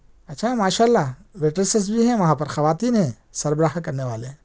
اچھا ماشاء اللہ ویٹریسز بھی ہے وہاں پر خواتین ہیں سربراہ کرنے والے